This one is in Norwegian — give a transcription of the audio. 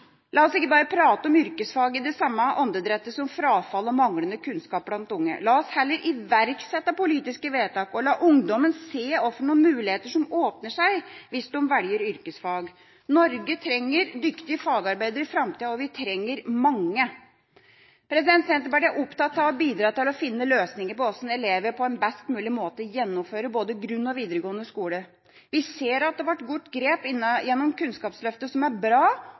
La oss ikke bare prate om yrkesfag i det samme åndedrag som frafall og manglende kunnskap hos unge. La oss heller iverksette politiske vedtak og la ungdommen se hvilke muligheter som åpner seg hvis de velger yrkesfag. Norge trenger dyktige fagarbeidere i framtida, og vi trenger mange. Senterpartiet er opptatt av å bidra til å finne løsninger på hvordan elever på en best mulig måte gjennomfører både grunnskole og videregående skole. Vi ser at det ble gjort grep gjennom Kunnskapsløftet, noen som er bra,